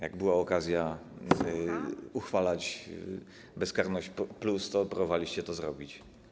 Jak była okazja uchwalić bezkarność+, to próbowaliście to zrobić.